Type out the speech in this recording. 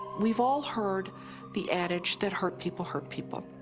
we've all heard the adage that, hurt people hurt people